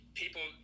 people